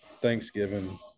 Thanksgiving